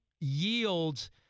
yields